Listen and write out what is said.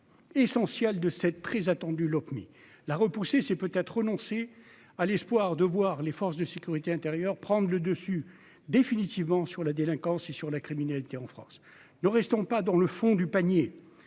clés essentielles de cette très attendue Lopmi la repousser, c'est peut-être renoncer à l'espoir de voir les forces de sécurité intérieure prendre le dessus définitivement sur la délinquance sur la criminalité en France, nous restons pas dans le fond du panier